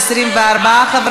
(החמרת